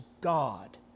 God